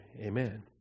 Amen